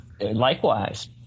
Likewise